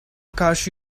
karşı